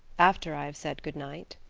after i have said good night.